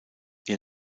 ihr